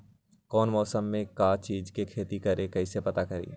कौन मौसम में का चीज़ के खेती करी कईसे पता करी?